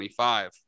25